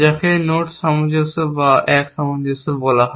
যাকে নোড সামঞ্জস্য বা এক সামঞ্জস্য বলা হয়